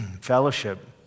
fellowship